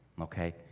okay